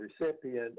recipient